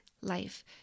life